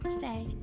say